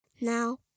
now